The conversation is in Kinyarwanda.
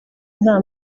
nta